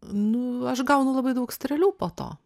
nu aš gaunu labai daug strėlių po to